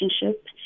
relationship